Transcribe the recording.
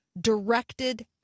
directed